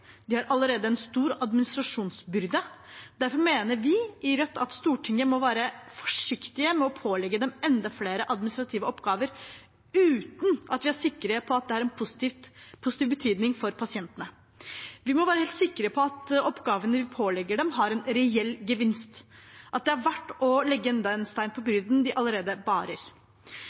De har allerede en stor administrasjonsbyrde. Derfor mener vi i Rødt at Stortinget må være forsiktig med å pålegge dem enda flere administrative oppgaver uten at vi er sikre på at det har en positiv betydning for pasientene. Vi må være helt sikre på at oppgavene vi pålegger dem, har en reell gevinst, at det er verdt å legge enda en stein på byrden de allerede